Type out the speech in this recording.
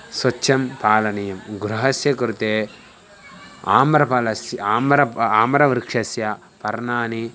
स्वच्छं पालनीयं गृहस्य कृते आम्रफलस्य आम्रस्य आम्रवृक्षस्य पर्णानि